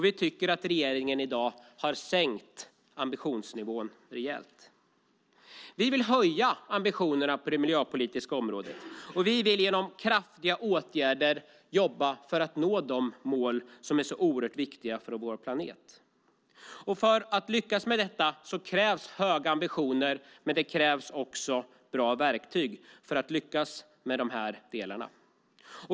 Vi tycker att regeringen i dag har sänkt ambitionsnivån rejält. Vi vill öka ambitionerna på det miljöpolitiska området och genom kraftiga åtgärder jobba för att nå de mål som är så oerhört viktiga för vår planet. För att lyckas med det krävs höga ambitioner men också bra verktyg.